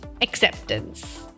Acceptance